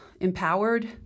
empowered